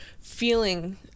Feeling